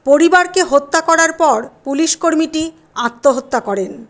পরিবারকে হত্যা করার পর পুলিশ কর্মীটি আত্মহত্যা করেন